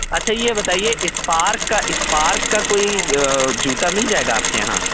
اچھا یہ بتائیے اسپارک کا اسپارک کا کوئی جوتا مل جائے گا آپ کے یہاں